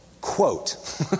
quote